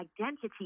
identity